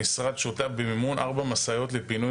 המשרד שותף במימון ארבע משאיות לפינוי